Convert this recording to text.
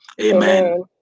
Amen